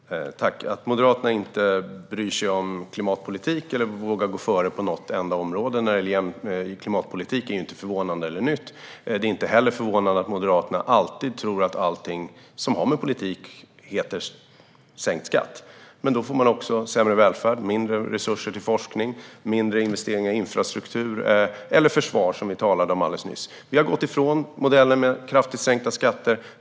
Fru talman! Att Moderaterna inte bryr sig om klimatpolitik eller vågar gå före på något enda område inom klimatpolitiken är inte förvånande eller nytt. Det är inte heller förvånande att Moderaterna alltid tror att lösningen på allt som har med politik att göra heter sänkt skatt. Men då får man också sämre välfärd, mindre resurser till forskning och mindre investeringar i infrastrukturen - eller i försvaret, som vi talade om alldeles nyss. Vi har gått ifrån modellen med kraftigt sänkta skatter.